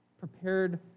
prepared